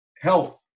health